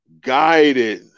guided